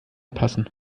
passen